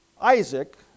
Isaac